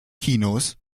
kinos